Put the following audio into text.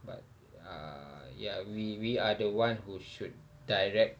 but ah ya we we are the one who should direct